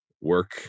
work